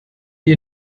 die